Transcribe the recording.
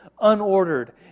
unordered